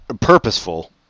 purposeful